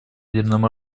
ядерным